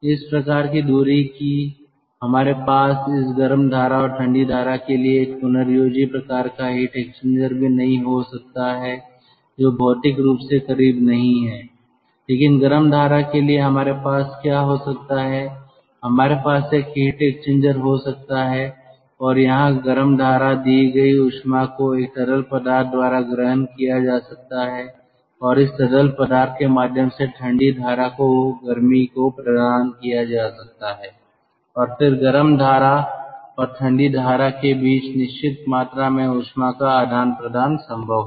इस प्रकार की दूरी कि हमारे पास इस गर्म धारा और ठंडी धारा के लिए एक पुनर्योजी प्रकार का हीट एक्सचेंजर भी नहीं हो सकता है जो भौतिक रूप से करीब नहीं हैं लेकिन गर्म धारा के लिए हमारे पास क्या हो सकता है हमारे पास एक हीट एक्सचेंजर हो सकता है और यहां गरम धारा दी गई ऊष्मा को एक तरल पदार्थ द्वारा ग्रहण किया जा सकता है और इस तरल पदार्थ के माध्यम से ठंडी धारा को गर्मी को प्रदान किया जा सकता है और फिर गर्म धारा और ठंडी धारा के बीच निश्चित मात्रा में ऊष्मा का आदान प्रदान संभव है